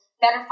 better